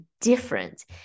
different